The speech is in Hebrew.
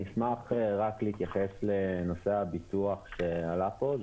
אני אשמח להתייחס לנושא הביטוח שעלה פה.